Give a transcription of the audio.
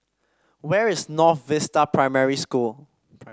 where is North Vista Primary School